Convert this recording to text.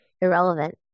Irrelevant